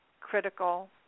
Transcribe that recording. critical